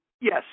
Yes